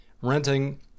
renting